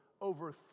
over